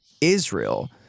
Israel